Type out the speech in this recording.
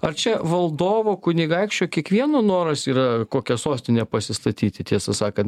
ar čia valdovo kunigaikščio kiekvieno noras yra kokią sostinę pasistatyti tiesą sakant